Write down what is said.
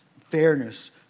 fairness